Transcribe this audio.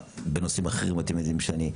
בנושאים אחרים אתם יודעים שאני,